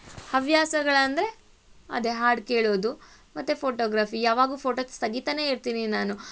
ಹವ್ಯಾಸಗಳಂದರೆ ಅದೆ ಹಾಡು ಕೇಳೋದು ಮತ್ತು ಫೋಟೋಗ್ರಾಫಿ ಯಾವಾಗೂ ಫೋಟೋಸ್ ತೆಗಿತಾನೆ ಇರ್ತೀನಿ ನಾನು